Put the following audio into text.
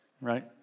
right